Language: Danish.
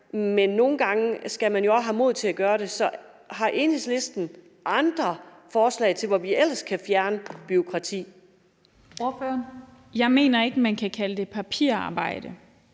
men nogle gange skal man jo også have mod til at gøre det. Så har Enhedslisten andre forslag til, hvor vi ellers kan fjerne bureaukrati? Kl. 13:44 Den fg. formand (Theresa